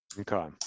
Okay